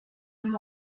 and